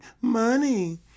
money